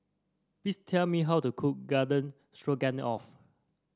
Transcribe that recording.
please tell me how to cook Garden Stroganoff